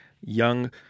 young